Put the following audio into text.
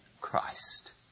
Christ